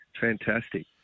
fantastic